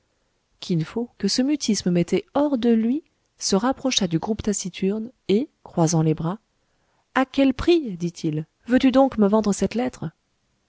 kin fo que ce mutisme mettait hors de lui se rapprocha du groupe taciturne et croisant les bras a quel prix dit-il veux-tu donc me vendre cette lettre